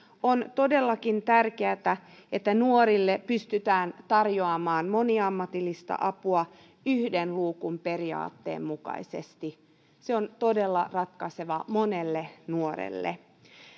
on todellakin tärkeätä että nuorille pystytään tarjoamaan moniammatillista apua yhden luukun periaatteen mukaisesti se on todella ratkaisevaa monelle nuorelle